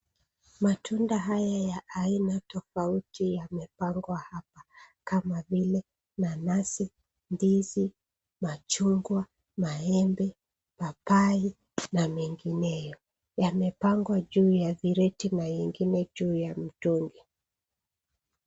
Matunda haya ya aina tofouti yamepangwa hapa kama vile nanasi , ndizi, machungwa , maembe papai na mengineyo yamepangwa juu ya kreti juu ya mitungi.